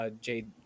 Jade